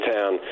Town